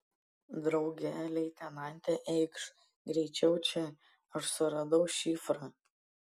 drauge leitenante eikš greičiau čia aš suradau šifrą